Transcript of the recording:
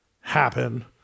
happen